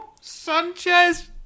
Sanchez